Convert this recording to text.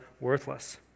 worthless